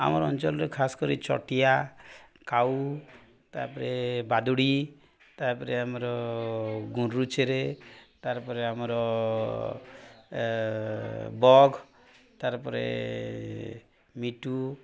ଆମର ଅଞ୍ଚଳରେ ଖାସ କରି ଚଟିଆ କାଉ ତାପରେ ବାଦୁଡ଼ି ତାପରେ ଆମର ଗୁଣ୍ଡୁରୁଛେରେ ତାପରେ ଆମର ବଘ୍ ତାର୍ ପରେ ମିଟୁ